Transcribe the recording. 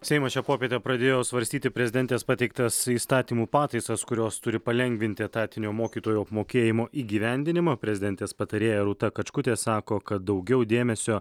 seimas šią popietę pradėjo svarstyti prezidentės pateiktas įstatymų pataisas kurios turi palengvinti etatinio mokytojų apmokėjimo įgyvendinimą prezidentės patarėja rūta kačkutė sako kad daugiau dėmesio